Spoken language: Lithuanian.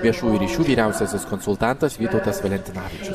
viešųjų ryšių vyriausiasis konsultantas vytautas valentinavičius